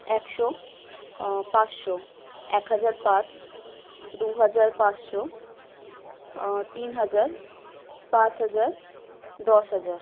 একশো পাঁচশো এক হাজার পাঁচ দুহাজার পাঁচশো তিন হাজার পাঁচ হাজার দশ হাজার